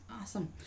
Awesome